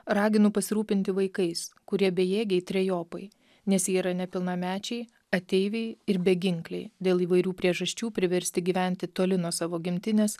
raginu pasirūpinti vaikais kurie bejėgiai trejopai nes jie yra nepilnamečiai ateiviai ir beginkliai dėl įvairių priežasčių priversti gyventi toli nuo savo gimtinės